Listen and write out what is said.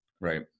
Right